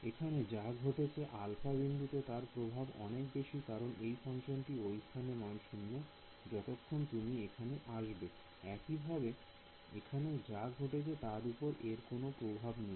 এখনে যা ঘটছে আলফা বিন্দুতে তার প্রভাব অনেক বেশি কারণ সেপ ফাংশনটি এই স্থানে মান 0 যতক্ষণে তুমি এখানে আসবে একইভাবে এখনে যা ঘটছে তার উপর এর কোন প্রভাব নেই